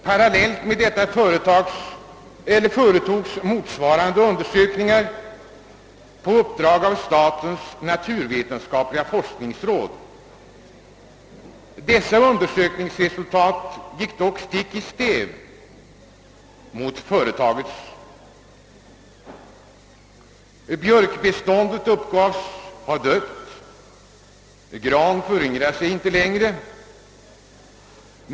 Parallellt företogs emellertid motsvarande undersökningar på uppdrag av statens naturvetenskapliga forskningsråd och deras resultat gick stick i stäv mot företagets. Björkbeståndet uppgavs ha dött och gran föryngrar sig inte längre.